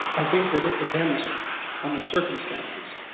i think that it depends on the circumstances